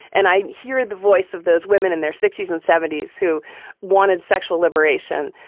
and i hear the voice of those women in their sixty s and seventy s who wanted sexual liberation.